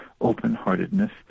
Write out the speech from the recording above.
open-heartedness